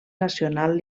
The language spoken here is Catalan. nacional